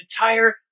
entire